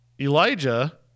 Elijah